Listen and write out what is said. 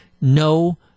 no